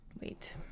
wait